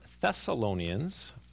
Thessalonians